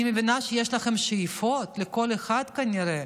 אני מבינה שיש לכם שאיפות, לכל אחד, כנראה